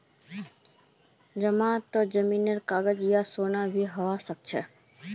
जमानतत जमीनेर कागज या सोना भी हबा सकछे